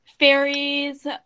Fairies